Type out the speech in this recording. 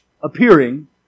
appearing